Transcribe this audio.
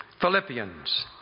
Philippians